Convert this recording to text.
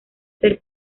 ser